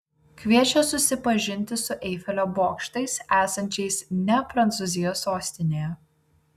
kviečia susipažinti su eifelio bokštais esančiais ne prancūzijos sostinėje